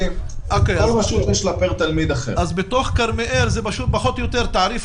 אז בתוך כרמיאל זה פשוט פחות או יותר תעריף